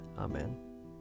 Amen